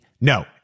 No